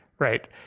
Right